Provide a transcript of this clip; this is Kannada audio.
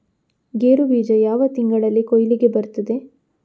ಗೇರು ಬೀಜ ಯಾವ ತಿಂಗಳಲ್ಲಿ ಕೊಯ್ಲಿಗೆ ಬರ್ತದೆ?